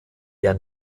der